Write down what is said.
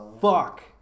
fuck